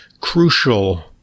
crucial